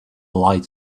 light